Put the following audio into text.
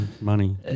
money